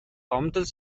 гомдол